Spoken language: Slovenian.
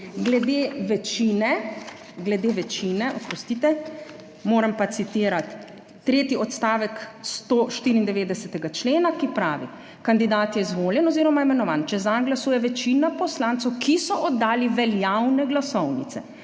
Glede večine moram pa citirati tretji odstavek 194. člena, ki pravi: »Kandidat je izvoljen oziroma imenovan, če zanj glasuje večina poslancev, ki so oddali veljavne glasovnice,